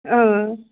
اۭں